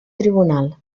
tribunal